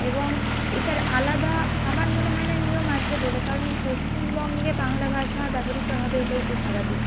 এবং এটার আলাদা আমার মনে হয় না নিয়ম আছে বলে কারণ পশ্চিমবঙ্গে বাংলা ভাষা ব্যবহৃত হবে এটাই তো স্বাভাবিক